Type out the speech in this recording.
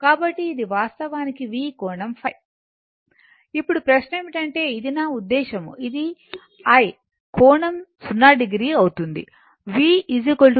కాబట్టి ఇది వాస్తవానికి V కోణం ϕ ఇప్పుడు ప్రశ్న ఏమిటంటే అది నా ఉద్దేశం అది I కోణం 0 o అయితే v V కోణం ϕ